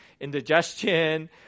indigestion